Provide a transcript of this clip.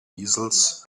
easels